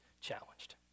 challenged